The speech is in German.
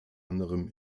anderem